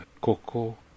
cocoa